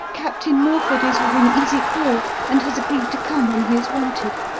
captain morford is within easy call and has agreed to come when he is wanted.